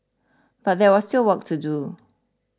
but there was still work to do